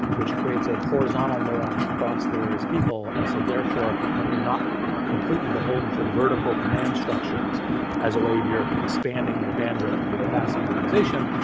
which creates a horizontal norm across the various people, and so therefore you're not completely beholden to vertical command structures as a way of your expanding your bandwidth and your capacity organization.